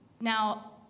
Now